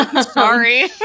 Sorry